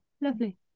lovely